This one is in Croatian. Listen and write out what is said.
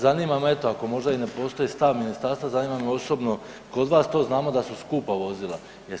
Zanima me eto ako možda i ne postoji stav ministarstva zanima me osobno kod vas to znamo da su skupa vozila.